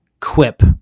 quip